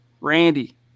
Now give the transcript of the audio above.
Randy